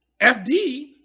FD